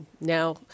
now